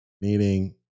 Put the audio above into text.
Meaning